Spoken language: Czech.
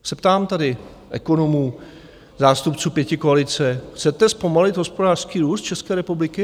Se ptám tady ekonomů, zástupců pětikoalice chcete zpomalit hospodářský růst České republiky?